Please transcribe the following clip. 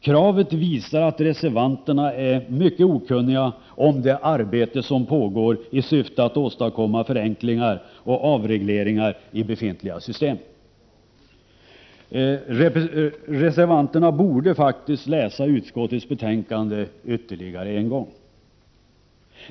Kravet visar att reservanterna är mycket okunniga om det arbete som pågår i syfte att åstadkomma förenklingar och avregleringar i befintliga system. Reservanterna borde faktiskt läsa utskottets betänkande ytterligare en gång.